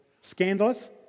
Scandalous